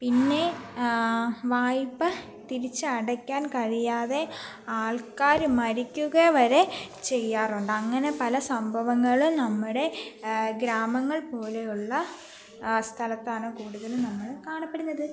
പിന്നേ വായ്പാ തിരിച്ചടയ്ക്കാൻ കഴിയാതെ ആൾക്കാര് മരിക്കുക വരെ ചെയ്യാറുണ്ട് അങ്ങനെ പല സംഭവങ്ങളും നമ്മുടെ ഗ്രാമങ്ങൾ പോലെയുള്ള സ്ഥലത്താണ് കൂടുതലും നമ്മള് കാണപ്പെടുന്നത്